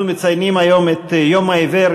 אנחנו מציינים היום את יום העיוור,